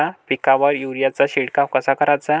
पिकावर युरीया चा शिडकाव कसा कराचा?